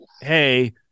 Hey